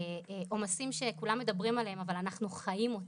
עומסים שכולם מדברים עליהם, אבל אנחנו חיים אותם.